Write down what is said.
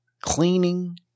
cleaning